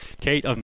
Kate